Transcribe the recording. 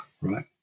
right